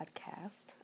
podcast